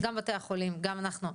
גם בתי החולים וגם אנחנו,